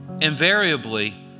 invariably